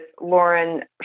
Lauren